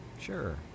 Sure